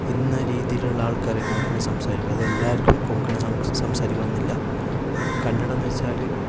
ഇന്ന രീതിയിൽ ഉള്ള ആള്ക്കാരൊക്കെ കൊങ്കണി സംസാരിക്കും അത് എല്ലാവർക്കും കൊങ്കണി സംസാരിക്കണം എന്നില്ല കന്നഡ എന്നു വെച്ചാൽ